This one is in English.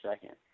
second